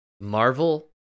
Marvel